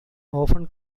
often